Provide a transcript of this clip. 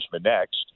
next